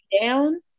down